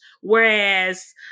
Whereas